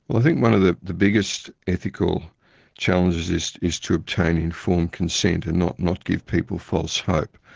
i think one of the the biggest ethical challenges is is to obtain informed consent and not not give people false hope.